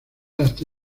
hasta